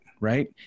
right